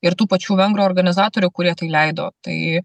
ir tų pačių vengrų organizatorių kurie tai leido tai